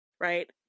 Right